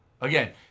Again